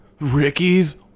Ricky's